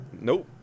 Nope